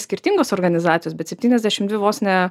skirtingos organizacijos bet septyniasdešimt dvi vos ne